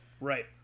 right